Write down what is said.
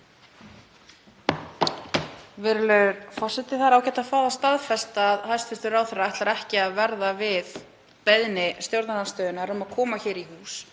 Virðulegur forseti. Það er ágætt að fá það staðfest að hæstv. ráðherra ætlar ekki að verða við beiðni stjórnarandstöðunnar um að koma hér í hús.